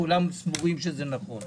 כולם סבורים שזה נכון.